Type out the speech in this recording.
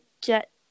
get